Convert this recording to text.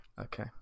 Okay